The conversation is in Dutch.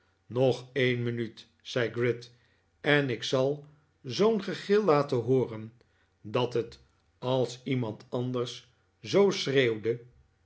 nog een minuut zei gride en ik zal zoo'n gegil laten hooren dat het als iemand anders zoo schreeuwde